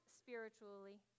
spiritually